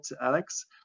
alex